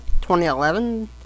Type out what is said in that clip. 2011